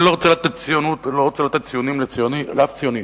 אני לא רוצה לתת ציונים לאף ציוני,